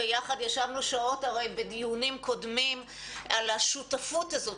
ביחד ישבנו שעות הרי בדיונים קודמים על השותפות הזאת,